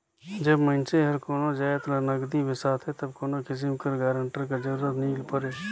जब मइनसे हर कोनो जाएत ल नगदी बेसाथे तब कोनो किसिम कर गारंटर कर जरूरत नी परे